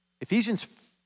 Ephesians